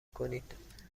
کنید